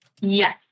Yes